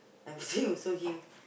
I'm saying also him